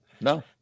no